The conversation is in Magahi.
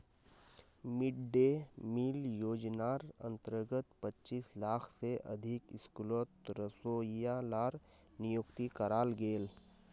मिड डे मिल योज्नार अंतर्गत पच्चीस लाख से अधिक स्कूलोत रोसोइया लार नियुक्ति कराल गेल